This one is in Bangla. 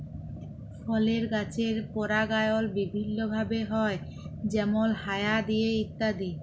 ফলের গাছের পরাগায়ল বিভিল্য ভাবে হ্যয় যেমল হায়া দিয়ে ইত্যাদি